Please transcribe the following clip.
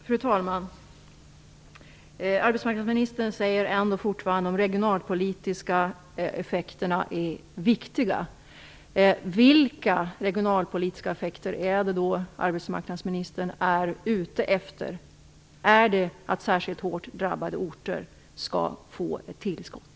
Fru talman! Arbetsmarknadsministern säger ändå fortfarande att de regionalpolitiska effekterna är viktiga. Vilka regionalpolitiska effekter är det då arbetsmarknadsministern är ute efter? Är det att särskilt hårt drabbade orter skall få ett tillskott?